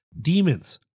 Demons